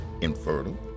infertile